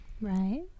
Right